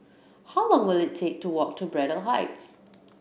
how long will it take to walk to Braddell Heights